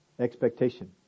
expectation